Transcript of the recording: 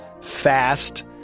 fast